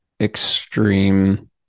extreme